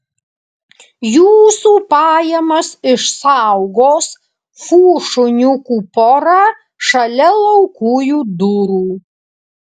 jūsų pajamas išsaugos fu šuniukų pora šalia laukujų durų